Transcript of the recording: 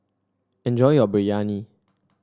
enjoy your Biryani